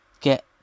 get